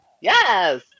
Yes